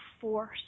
force